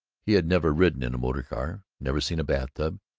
he had never ridden in a motor car, never seen a bath-tub,